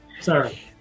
Sorry